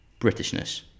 Britishness